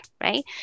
right